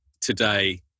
today